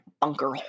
bunker